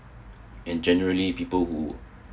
and generally people who